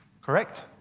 Correct